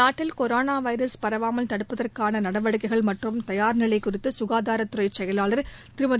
நாட்டில் corona virus பரவாமல் தடுப்பதற்கான நடவடிக்கைகள் மற்றும் தயார்நிலை குறித்து ககாதாரத்துறைச் செயலாளர் திருமதி